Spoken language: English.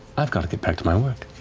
i've got to get back to my work.